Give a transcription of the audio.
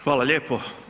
Hvala lijepo.